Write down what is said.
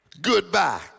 goodbye